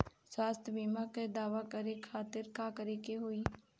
स्वास्थ्य बीमा के दावा करे के खातिर का करे के होई?